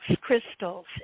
crystals